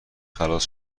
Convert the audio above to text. خلاص